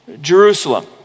Jerusalem